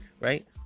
right